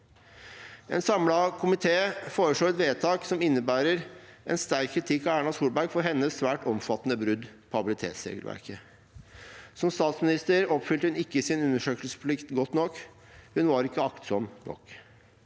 En samlet komité foreslår et vedtak som innebærer sterk kritikk av Erna Solberg for hennes svært omfattende brudd på habilitetsregelverket. Som statsminister oppfylte hun ikke sin undersøkelsesplikt godt nok. Hun var ikke aktsom nok.